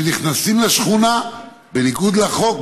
שנכנסים לשכונה בניגוד לחוק,